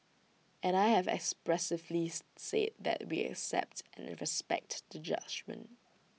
and I have expressively said that we accept and respect the judgement